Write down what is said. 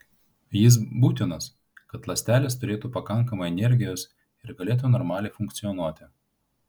jis būtinas kad ląstelės turėtų pakankamai energijos ir galėtų normaliai funkcionuoti